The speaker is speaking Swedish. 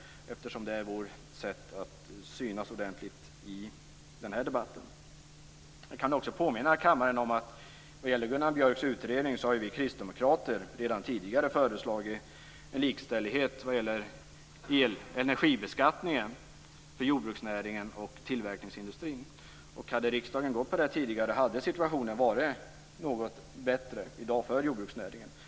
Det är vårt sätt att synas ordentligt i debatten. Vad gäller Gunnar Björks utredning kan jag påminna kammaren om att vi kristdemokrater redan tidigare föreslagit en likställighet vad gäller energibeskattningen för jordbruksnäringen och tillverkningsindustrin. Hade riksdagen gått på den linjen tidigare hade situationen varit något bättre för jordbruksnäringen i dag.